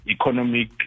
economic